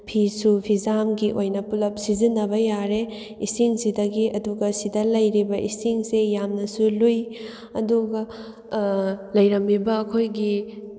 ꯐꯤꯁꯨ ꯐꯤꯖꯥꯝꯒꯤ ꯑꯣꯏꯅ ꯄꯨꯂꯞ ꯁꯤꯖꯤꯟꯅꯕ ꯌꯥꯔꯦ ꯏꯁꯤꯡꯁꯤꯗꯒꯤ ꯑꯗꯨꯒ ꯁꯤꯗ ꯂꯩꯔꯤꯕ ꯏꯁꯤꯡꯁꯦ ꯌꯥꯝꯅꯁꯨ ꯂꯨꯏ ꯑꯗꯨꯒ ꯂꯩꯔꯝꯃꯤꯕ ꯑꯩꯈꯣꯏꯒꯤ